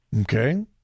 Okay